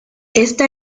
está